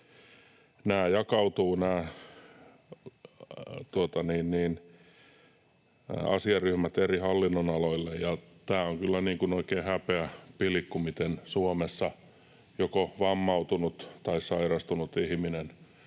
Nämä asiaryhmät jakautuvat eri hallinnonaloille, ja tämä on kyllä oikein häpeäpilkku, miten Suomessa joko vammautunut tai sairastunut ihminen